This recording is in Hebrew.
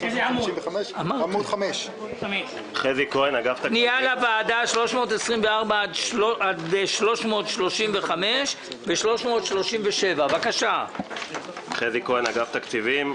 עמוד 5. חזי כהן, אגף תקציבים.